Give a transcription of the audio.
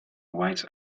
whites